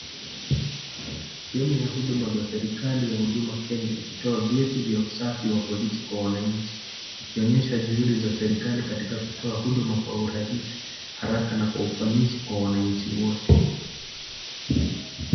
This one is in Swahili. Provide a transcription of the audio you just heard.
Sehemu ya huduma za serikali ya huduma Kenya, ikitoa vyeti vya usafi vya polisi kwa wananchi, ikionyesha juhudi za serikali katika kutoa huduma kwa urahisi, haraka na ufanisi kwa wananchi wote.